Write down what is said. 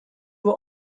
will